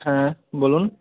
হ্যাঁ বলুন